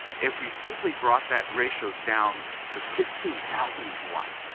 if we simply brought that ratio down to fifteen thousand to one,